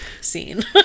scene